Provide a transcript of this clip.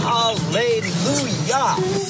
Hallelujah